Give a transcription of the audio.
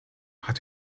hat